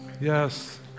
Yes